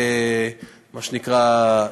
מה שנקרא,